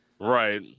Right